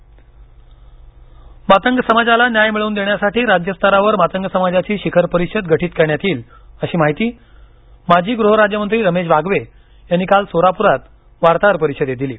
मातंग मातंग समाजाला न्याय मिळवून देण्यासाठी राज्यस्तरावर मातंग समाजाची शिखर परिषद गठित करण्यात येईल अशी माहिती माजी गृहराज्यमंत्री रमेश बागवे यांनी काल सोलापुरात वार्ताहर परिषदेत दिली